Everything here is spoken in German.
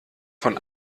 von